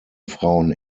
frauen